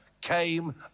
came